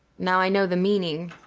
now i know the meaning.